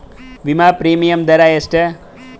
ವಿಮಾ ಪ್ರೀಮಿಯಮ್ ದರಾ ಎಷ್ಟು?